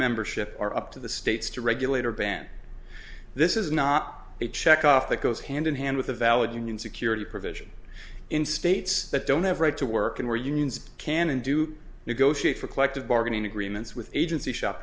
membership are up to the states to regulate or ban this is not a check off that goes hand in hand with a valid union security provision in states that don't have right to work and where unions can and do negotiate for collective bargaining agreements with agency shop